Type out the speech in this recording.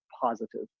positive